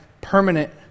permanent